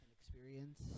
experience